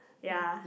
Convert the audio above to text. ya